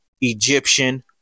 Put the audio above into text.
Egyptian